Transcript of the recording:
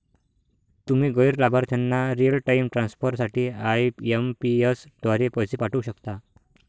तुम्ही गैर लाभार्थ्यांना रिअल टाइम ट्रान्सफर साठी आई.एम.पी.एस द्वारे पैसे पाठवू शकता